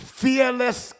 fearless